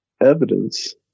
evidence